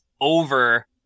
over